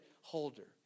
holder